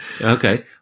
Okay